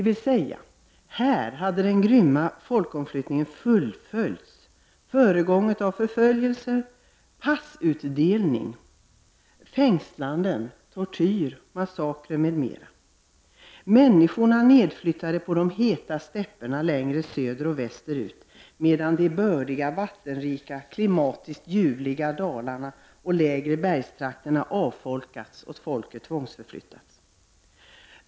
Här har således den grymma folkomflyttningen fullföljts, föregången av förföljelser, passutdelning, fängslanden, tortyr, massakrer m.m. Människorna flyttas ned till de heta ”stepperna” längre söderoch västerut, medan de bördiga, vattenrika och klimatiskt ljuvliga dalarna och lägre bergstrakterna har avfolkats. Folket har tvångsförflyttats.